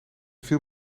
viel